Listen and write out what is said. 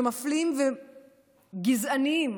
מפלים וגזעניים